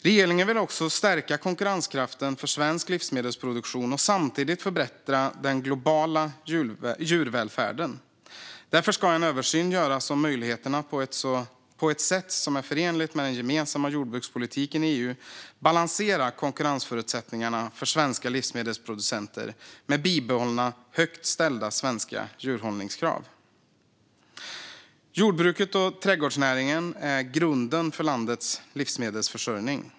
Regeringen vill också stärka konkurrenskraften för svensk livsmedelsproduktion och samtidigt förbättra den globala djurvälfärden. Därför ska en översyn göras av möjligheterna att, på ett sätt som är förenligt med den gemensamma jordbrukspolitiken i EU, balansera konkurrensförutsättningarna för svenska livsmedelsproducenter med bibehållna högt ställda svenska djurhållningskrav. Jordbruket och trädgårdsnäringen är grunden för landets livsmedelsförsörjning.